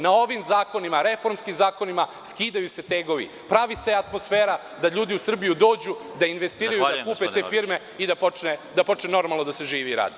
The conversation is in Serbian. Na ovim zakonima, reformskim zakonima skidaju se tegovi, pravi se atmosfera da ljudi u Srbiju dođu, da investiraju, da kupe te firme i da počne normalno da se živi i radi.